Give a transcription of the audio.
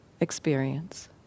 experience